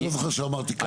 אני לא זוכר שאמרתי ככה,